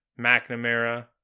McNamara